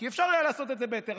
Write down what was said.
כי אפשר היה לעשות את זה בהיתר,